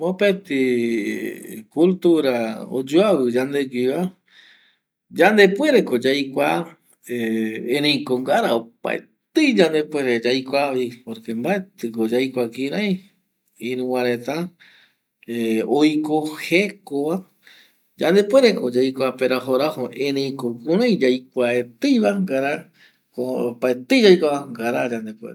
Mopeti cultura oyuavi yandegüiva yandepuere ko yaikua erei ko gara ko opaetei yande puere yaikua vi porque mbaeti ko yaikua kirei ko iru va reta ˂Hesitation˃ oiko jekova, yandepuere ko yaikua perajo rajo va erei ko kurei yaikuaetei va gara ko opaetei yaikuava gara yandepuere.